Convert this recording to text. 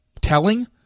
telling